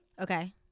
Okay